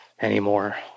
anymore